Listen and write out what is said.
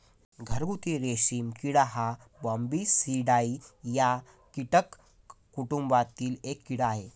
घरगुती रेशीम किडा हा बॉम्बीसिडाई या कीटक कुटुंबातील एक कीड़ा आहे